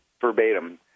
verbatim